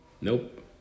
Nope